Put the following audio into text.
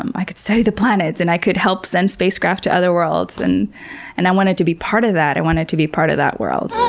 um i could study the planets, and i could help send spacecraft to other worlds, and and i wanted to be part of that, i wanted to be part of that world.